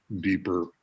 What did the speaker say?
deeper